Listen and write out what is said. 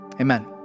amen